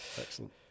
Excellent